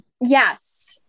Yes